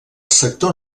sector